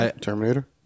Terminator